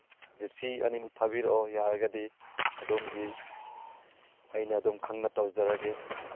gypsy ꯑꯅꯤꯃꯛ ꯊꯥꯕꯤꯔꯛꯑꯣ ꯌꯥꯔꯒꯗꯤ ꯑꯗꯣꯝꯒꯤ ꯑꯩꯅ ꯑꯗꯨꯝ ꯈꯪꯅ ꯇꯧꯖꯔꯒꯦ